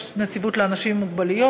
יש נציבות לאנשים עם מוגבלות,